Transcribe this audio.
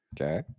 Okay